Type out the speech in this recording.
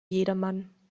jedermann